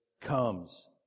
comes